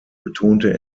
betonte